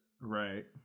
right